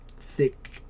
thick